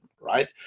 right